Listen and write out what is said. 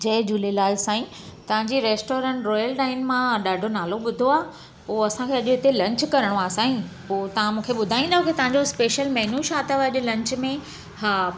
जय झूलेलाल साईं तव्हांजे restaurant royal dine मां ॾाढो नालो ॿुधो आहे पोइ असांखे हिते लंच करणो आहे साईं पोइ तव्हां मूंखे ॿुधाईंदो की तव्हांजो स्पेशल मेनू छा अथव अॼु जे लंच में हा